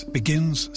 begins